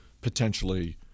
potentially